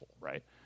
right